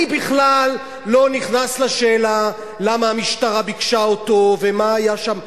אני בכלל לא נכנס לשאלה למה המשטרה ביקשה אותו ומה היה שם.